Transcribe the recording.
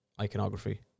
iconography